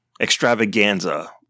extravaganza